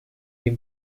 you